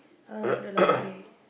how about the laundry